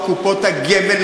קופות הגמל,